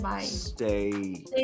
Stay